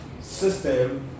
system